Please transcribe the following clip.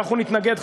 אנחנו נתנגד,